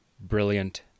brilliant